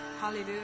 Hallelujah